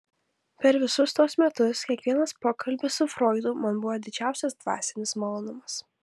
per visus tuos metus kiekvienas pokalbis su froidu man buvo didžiausias dvasinis malonumas